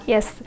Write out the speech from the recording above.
Yes